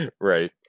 Right